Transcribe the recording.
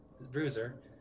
Bruiser